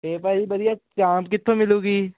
ਅਤੇ ਭਾਅ ਜੀ ਵਧੀਆ ਚਾਂਪ ਕਿੱਥੋਂ ਮਿਲੂਗੀ